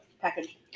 package